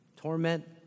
Torment